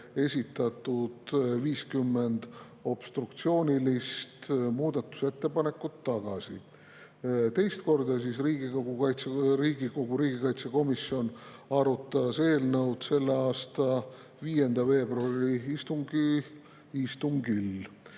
esitatud 50 obstruktsioonilist muudatusettepanekut tagasi. Teist korda arutas Riigikogu riigikaitsekomisjon eelnõu selle aasta 5. veebruari istungil,